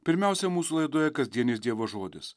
pirmiausia mūsų laidoje kasdienis dievo žodis